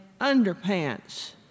underpants